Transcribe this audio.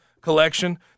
collection